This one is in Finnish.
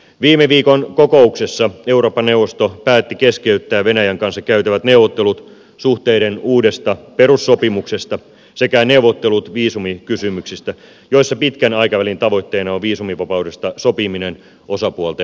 viime viikon kokouksessa eurooppa neuvosto päätti keskeyttää venäjän kanssa käytävät neuvottelut suhteiden uudesta perussopimuksesta sekä neuvottelut viisumikysymyksistä joissa pitkän aikavälin tavoitteena on viisumivapaudesta sopiminen osapuolten välillä